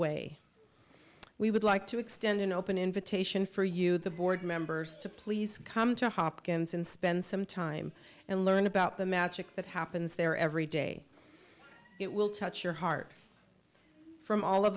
way we would like to extend an open invitation for you the board members to please come to hopkins and spend some time and learn about the magic that happens there every day it will touch your heart from all